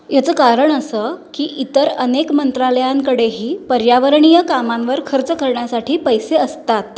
याचं कारण असं की इतर अनेक मंत्रालयांकडेही पर्यावरणीय कामांवर खर्च करण्यासाठी पैसे असतात